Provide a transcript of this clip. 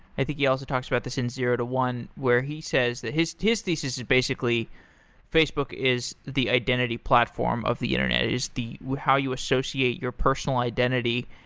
i think he also talks about this in zero to one, where he says that his his thesis is basically facebook is the identity platform of the internet, is how you associate your personal identity.